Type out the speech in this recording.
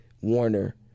Warner